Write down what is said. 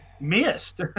missed